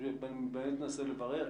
אני באמת מנסה לברר,